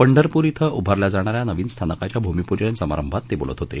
पंढरपूर इथं उभारल्या जाणाऱ्या नवीन स्थानकाच्या भूमीपूजन समारंभात ते बोलत होते